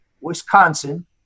Wisconsin